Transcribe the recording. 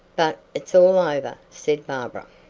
but it's all over, said barbara.